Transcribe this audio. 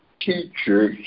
teacher